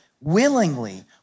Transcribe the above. willingly